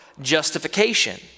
justification